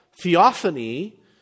theophany